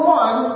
one